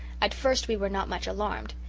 at first we were not much alarmed.